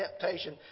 temptation